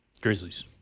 Grizzlies